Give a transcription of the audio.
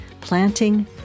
planting